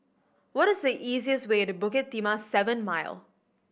what is the easiest way to Bukit Timah Seven Mile